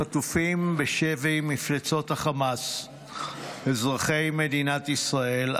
חטופים בשבי מפלצות החמאס אזרחי מדינת ישראל,